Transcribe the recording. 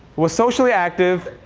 was socially active,